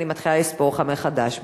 ואני מתחילה לספור לך מחדש.